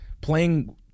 playing